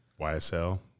YSL